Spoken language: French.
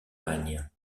magne